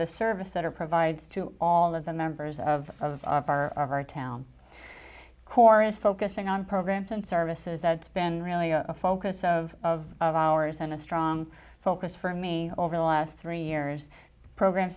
the services that are provides to all of the members of our of our town core is focusing on programs and services that's been really a focus of of of ours and a strong focus for me over the last three years programs